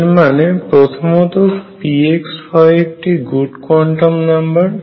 এর মানে প্রথমত px হয় একটি গুড কোয়ান্টাম নাম্বার